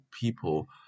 people